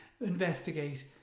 investigate